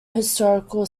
historical